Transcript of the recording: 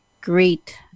great